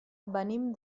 venim